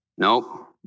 Nope